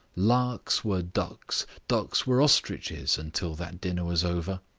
larks were ducks, ducks were ostriches until that dinner was over.